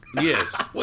Yes